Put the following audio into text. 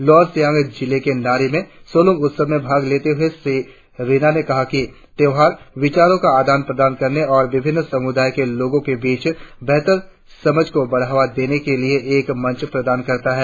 lower Siang जिले के नारी में सलोंग उत्सव में भाग लेते हुए श्री रीना ने कहा कि त्योहार विचारों का आदान प्रदान करने और विभिन्न समुदायों के लोगो के बीच बेहतर समझ को बढ़ावा देने के लिए एक मंच प्रदान करता है